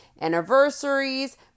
anniversaries